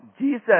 Jesus